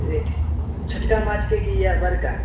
rate छोटका माँछके कि अइ बड़का